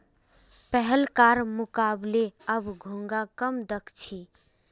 पहलकार मुकबले अब घोंघा कम दख छि